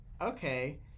okay